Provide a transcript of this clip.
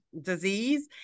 disease